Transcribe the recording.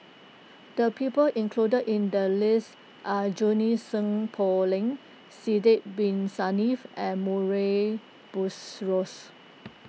the people included in the list are Junie Sng Poh Leng Sidek Bin Saniff and Murray Buttrose